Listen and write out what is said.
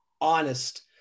honest